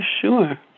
sure